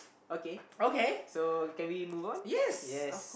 okay so can we move on yes